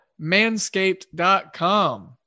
Manscaped.com